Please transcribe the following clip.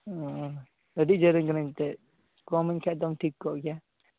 ᱚ ᱟᱹᱰᱤ ᱡᱷᱟᱹᱞ ᱨᱮᱱ ᱠᱟᱹᱱᱟᱹᱧ ᱮᱱᱛᱮᱫ ᱠᱚᱢᱟᱹᱧ ᱠᱷᱟᱱ ᱫᱚᱢ ᱴᱷᱤᱠ ᱠᱚᱜ ᱜᱮᱭᱟ